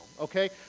okay